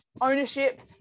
ownership